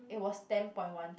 it's was ten point one K